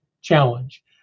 challenge